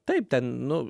taip ten nu